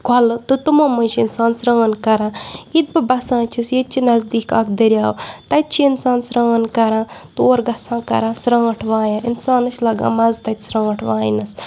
کۄلہٕ تہٕ تِمو منٛز چھِ اِنسان سرٛان کَران ییٚتہِ بہٕ بَسان چھَس ییٚتہِ چھِ نزدیٖک اَکھ دٔریاو تَتہِ چھِ اِنسان سرٛان کَران تور گژھان کَران ژھرٛانٛٹھ وایان اِنسانَس چھِ لَگان مَزٕ تَتہِ ژھرٛانٛٹھ واینَس